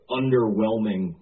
underwhelming